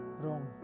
Wrong